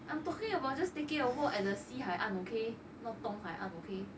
I'm talk about just taking a walk at the sea 西海岸 not 东海岸 okay